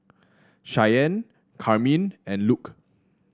Cheyanne Carmine and Luc